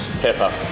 Pepper